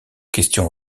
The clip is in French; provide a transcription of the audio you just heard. questions